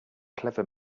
clever